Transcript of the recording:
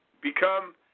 become